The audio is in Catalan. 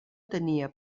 tenia